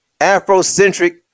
Afrocentric